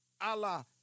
Allah